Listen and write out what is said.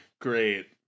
Great